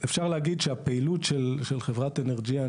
אפשר להגיד שהפעילות של חברת אנרג'יאן